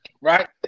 right